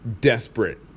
Desperate